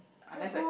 unless I